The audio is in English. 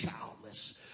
childless